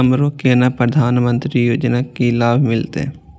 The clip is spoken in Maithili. हमरो केना प्रधानमंत्री योजना की लाभ मिलते?